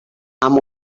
amo